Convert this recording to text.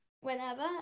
whenever